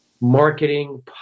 marketing